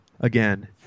again